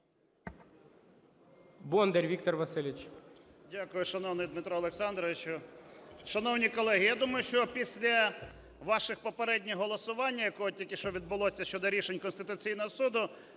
Бондар Віктор Васильович.